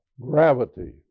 gravity